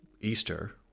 Easter